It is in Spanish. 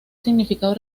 significado